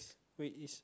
wait is